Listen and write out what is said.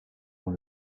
dans